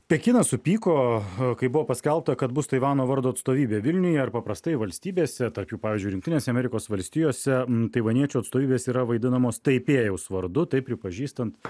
pekinas supyko kai buvo paskelbta kad bus taivano vardo atstovybė vilniuje ar paprastai valstybėse tarp jų pavyzdžiui jungtinėse amerikos valstijose taivaniečių atstovybės yra vaidinamos taipėjaus vardu taip pripažįstant